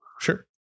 sure